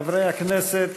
חברי הכנסת,